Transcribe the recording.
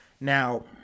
Now